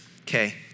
Okay